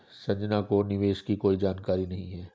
संजना को निवेश की कोई जानकारी नहीं है